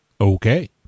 okay